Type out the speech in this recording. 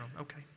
Okay